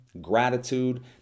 gratitude